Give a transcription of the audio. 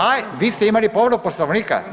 A vi ste imali povredu Poslovnika?